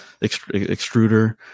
extruder